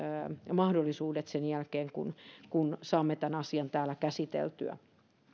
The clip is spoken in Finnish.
mahdollisuudet sen jälkeen kun kun saamme tämän asian täällä käsiteltyä